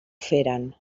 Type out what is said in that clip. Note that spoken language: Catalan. feren